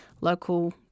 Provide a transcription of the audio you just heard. local